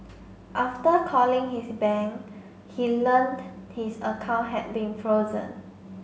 after calling his bank he learnt his account had been frozen